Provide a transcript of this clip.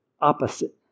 opposite